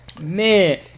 man